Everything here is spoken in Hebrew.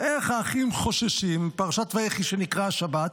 איך האחים חוששים, בפרשת ויחי, שנקרא השבת,